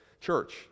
church